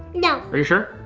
no! are you sure?